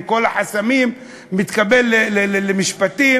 עם כל החסמים, מתקבל למשפטים,